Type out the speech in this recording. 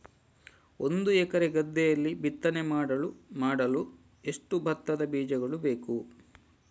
ಒಂದು ಎಕರೆ ಗದ್ದೆಯಲ್ಲಿ ಬಿತ್ತನೆ ಮಾಡಲು ಎಷ್ಟು ಭತ್ತದ ಬೀಜಗಳು ಬೇಕು?